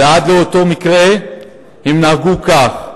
ועד לאותו מקרה הם נהגו כך.